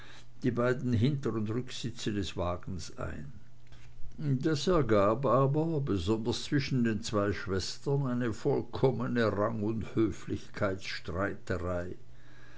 die beiden rücksitze des wagens ein das ergab aber besonders zwischen den zwei schwestern eine vollkommene rang und